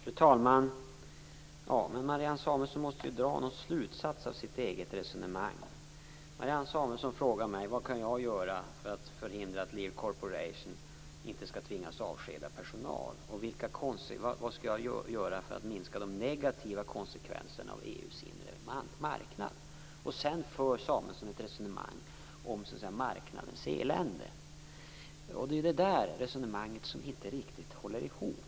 Fru talman! Marianne Samuelsson måste dra någon slutsats av sitt eget resonemang. Hon frågar vad jag kan göra för att förhindra att Lear Corporation skall tvingas avskeda personal och vad jag skall göra för att minska de negativa konsekvenserna av EU:s inre marknad. Sedan för hon ett resonemang om marknadens elände. Det är det resonemanget som inte riktigt håller ihop.